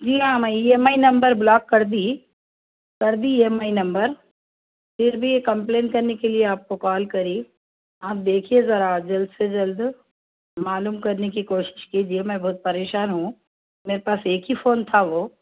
جی ہاں میں یہ میں نمبر بلاک کر دی کر دی ہے میں نمبر پھر بھی کمپلین کرنے کے آپ کو کال کری آپ دیکھیے ذرا جلد سے جلد معلوم کرنے کی کوشش کیجیے میں بہت پریشان ہوں میرے پاس ایک ہی فون تھا وہ